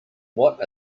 what